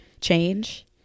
change